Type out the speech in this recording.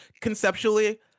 conceptually